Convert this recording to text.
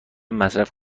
مصرف